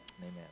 Amen